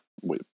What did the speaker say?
Wait